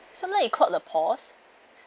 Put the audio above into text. sometimes it clog the pores